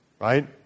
right